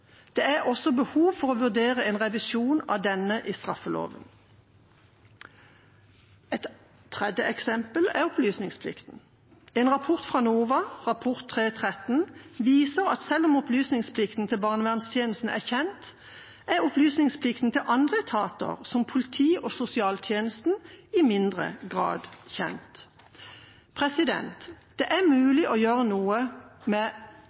Det er også behov for å vurdere en revisjon av denne i straffeloven. Et tredje eksempel er opplysningsplikten. En rapport fra NOVA, Rapport 3/13, viser at selv om opplysningsplikten til barnevernstjenesten er kjent, er opplysningsplikten til andre etater, som politiet og sosialtjenesten, i mindre grad kjent. Det er mulig å gjøre noe.